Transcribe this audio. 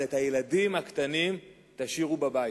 אבל את הילדים הקטנים תשאירו בבית.